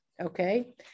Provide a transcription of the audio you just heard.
okay